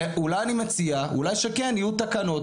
ואולי כן יהיו תקנות,